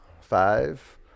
Five